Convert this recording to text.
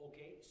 Okay